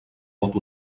vot